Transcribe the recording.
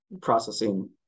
processing